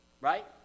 Right